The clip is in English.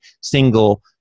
single